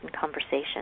conversation